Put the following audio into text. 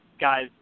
guys